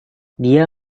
dia